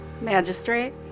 Magistrate